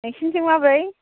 नोंसोरनिथिं माबोरै